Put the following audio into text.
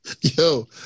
Yo